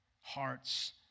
hearts